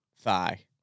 Thigh